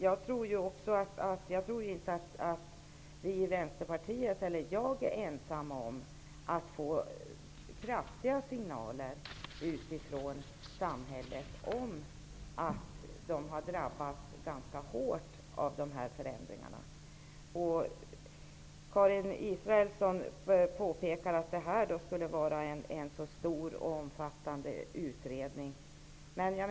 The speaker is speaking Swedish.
Jag tror inte att jag och Vänsterpartiet är ensamma om att få kraftiga signaler från samhället om att dessa människor har drabbats ganska hårt av förändringarna. Karin Israelsson påpekar att det skulle pågå så stor och omfattande utredningsverksamhet.